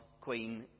Queen